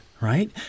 right